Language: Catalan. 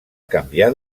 canviar